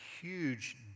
huge